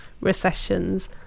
recessions